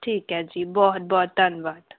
ਠੀਕ ਹੈ ਜੀ ਬਹੁਤ ਬਹੁਤ ਧੰਨਵਾਦ